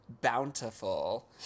bountiful